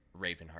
Ravenheart